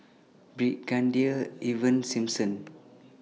Brigadier Ivan Simson